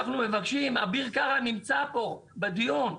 אביר קארה נמצא פה בדיון.